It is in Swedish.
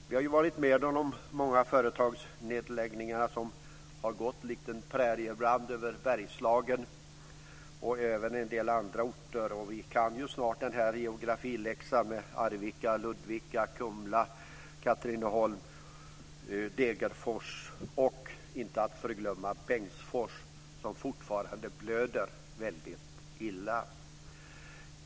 Vi har alla sett de företagsnedläggningar som har farit fram som en präriebrand över Bergslagen och en del andra orter. Vi kan snart geografiläxan: Arvika, Ludvika, Kumla, Katrineholm, Degerfors och - inte att förglömma - Bengtsfors, som fortfarande blöder illa.